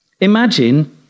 Imagine